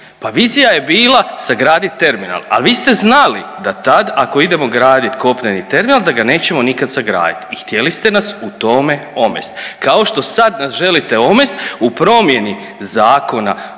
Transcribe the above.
Pa vizija je bila sagraditi terminal, a vi ste znali da tad ako idemo graditi kopneni terminal da ga nećemo nikad sagraditi i htjeli ste nas u tome omesti. Kao što sad nas želite omesti u promjeni Zakona